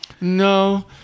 No